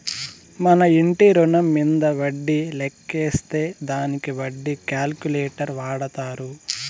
మన ఇంటి రుణం మీంద వడ్డీ లెక్కేసే దానికి వడ్డీ క్యాలిక్యులేటర్ వాడతారు